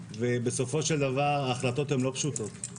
ובסופו של דבר ההחלטות הן לא פשוטות.